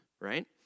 right